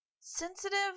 Sensitive